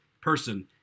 person